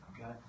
okay